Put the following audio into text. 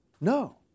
No